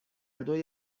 دوی